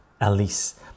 Alice